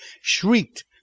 shrieked